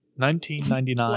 1999